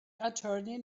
attorney